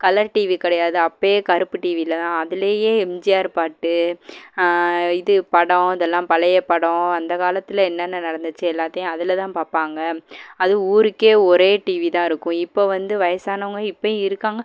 colour TV கிடையாது அப்போயே கருப்பு டிவியில் தான் அதுலேயே எம்ஜிஆர் பாட்டு இது படம் இதெல்லாம் பழைய படம் அந்த காலத்தில் என்னென்ன நடந்துச்சி எல்லாத்தையும் அதில் தான் பார்ப்பாங்க அது ஊருக்கே ஒரே டிவி தான் இருக்கும் இப்போ வந்து வயசானவங்க இப்போயும் இருக்காங்க